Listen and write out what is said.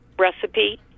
recipe